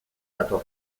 dator